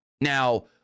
Now